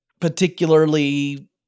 particularly